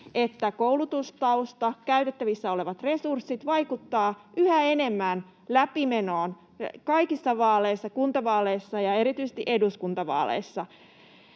että koulutustausta, käytettävissä olevat resurssit vaikuttavat yhä enemmän läpimenoon kaikissa vaaleissa: kuntavaaleissa ja erityisesti eduskuntavaaleissa.